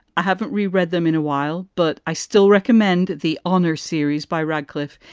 i haven't reread them in a while, but i still recommend the honors series by radcliffe.